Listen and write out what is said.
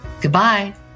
Goodbye